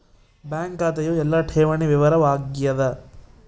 bank ಖಾತೆಯು ಎಲ್ಲ ಠೇವಣಿ ವಿವರ ವಾಗ್ಯಾದ